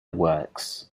works